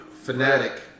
Fanatic